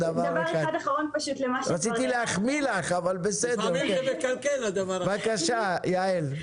רציתי להחמיא לך, אבל בסדר, בבקשה יעל.